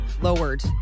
lowered